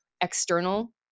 external